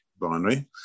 Binary